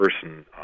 person